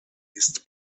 ist